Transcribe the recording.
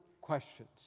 questions